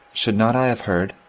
should not i have heard?